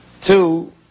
Two